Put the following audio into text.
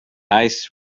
eyes